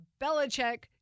Belichick